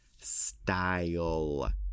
style